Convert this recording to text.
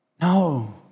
No